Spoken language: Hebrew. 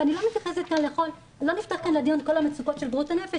ולא נפתח כאן לדיון את כל המצוקות של בריאות הנפש